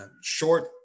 short